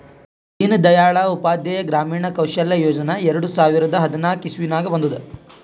ದೀನ್ ದಯಾಳ್ ಉಪಾಧ್ಯಾಯ ಗ್ರಾಮೀಣ ಕೌಶಲ್ಯ ಯೋಜನಾ ಎರಡು ಸಾವಿರದ ಹದ್ನಾಕ್ ಇಸ್ವಿನಾಗ್ ಬಂದುದ್